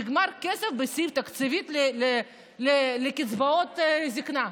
שנגמר הכסף בסעיף התקציבי לקצבאות זקנה.